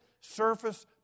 surface